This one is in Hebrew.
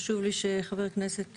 חשוב לי שחבר הכנסת